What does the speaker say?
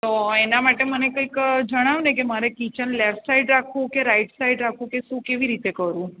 તો એના માટે મને કંઈક જણાવો ને કે મારે કિચન લેફ્ટ સાઇટ રાખું કે રાઇટ સાઈડ રાખું કે શું કેવી રીતે કરવું